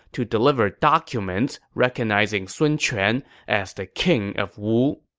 to deliver documents recognizing sun quan as the king of wu.